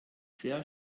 sehr